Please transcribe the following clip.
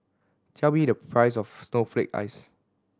tell me the price of snowflake ice